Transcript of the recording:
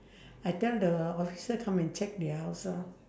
I tell the officer come and check their house ah